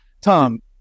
Tom